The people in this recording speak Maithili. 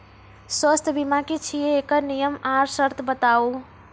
स्वास्थ्य बीमा की छियै? एकरऽ नियम आर सर्त बताऊ?